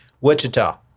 Wichita